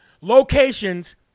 locations